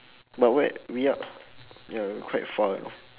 but where we are ya we're quite far you know